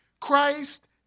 Christ